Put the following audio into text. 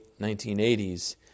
1980s